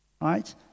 right